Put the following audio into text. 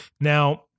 Now